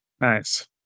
nice